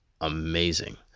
amazing